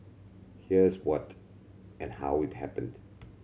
here's what and how it happened